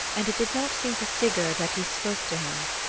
and it did not seem to sigurd that he spoke to him.